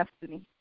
destiny